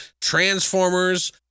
Transformers